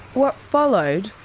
what followed,